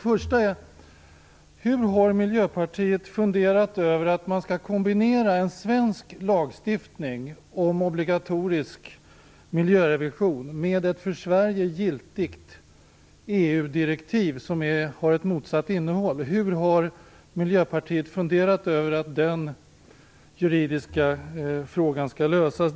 För det första: Har Miljöpartiet funderat över hur man skall kombinera en svensk lagstiftning om obligatorisk miljörevision med ett för Sverige giltigt EU-direktiv, som har ett motsatt innehåll? Har Miljöpartiet funderat över hur den juridiska frågan skall lösas?